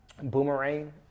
boomerang